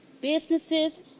businesses